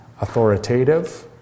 authoritative